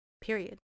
period